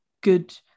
good